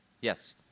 Yes